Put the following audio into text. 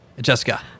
Jessica